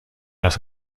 las